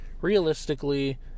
realistically